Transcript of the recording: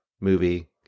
movie